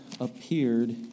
appeared